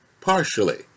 partially